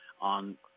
on